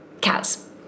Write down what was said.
Cats